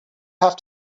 have